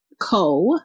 Co